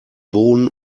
bohnen